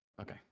Okay